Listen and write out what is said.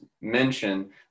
mention